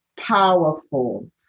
powerful